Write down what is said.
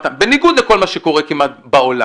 בניגוד לכל מה שקורה בעולם,